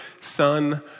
Son